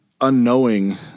unknowing